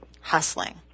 hustling